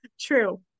True